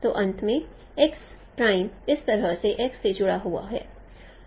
तो अंत में इस तरह से से जुड़ा हुआ है